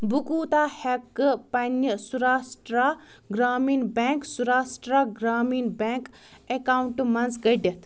بہٕ کوٗتاہ ہیٚکہٕ پنِنہِ سَوراشٹرٛا گرٛامیٖن بیٚنٛک سَوراشٹرٛا گرٛامیٖن بیٚنٛک ایٚکاونٛٹہٕ منٛز کٔڑِتھ